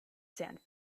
sand